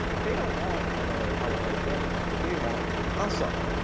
they don't want another alawite general. they want assad.